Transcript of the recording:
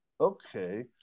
Okay